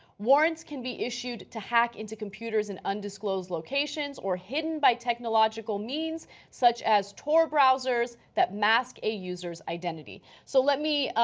warrants can be issued to hack into computers and undisclosed locations are hidden by technological means such as tour browsers that mask the user's identity. so let me